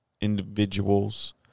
individuals